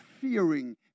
fearing